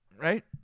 Right